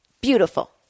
Beautiful